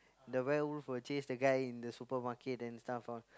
the werewolf will chase the guy in the supermarket and stuff ah